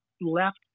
left